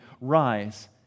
Rise